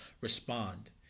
respond